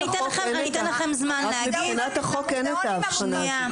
אני אתן לכם זמן להגיב -- מבחינת החוק אין את ההבחנה הזו,